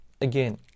again